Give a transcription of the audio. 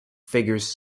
figures